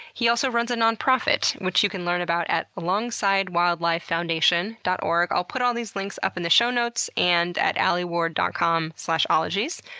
he also runs a nonprofit, which you can learn about at alongsidewildlifefoundation dot org. i'll put all these links in the show notes and at alieward dot com slash ologies.